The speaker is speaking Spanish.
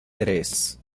tres